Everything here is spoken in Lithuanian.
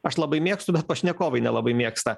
aš labai mėgstu bet pašnekovai nelabai mėgsta